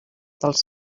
dels